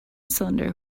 cylinder